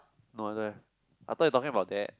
no there I thought you talking about that